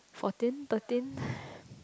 fourteen thirteen